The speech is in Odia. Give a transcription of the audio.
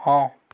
ହଁ